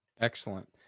Excellent